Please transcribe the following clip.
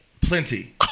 Plenty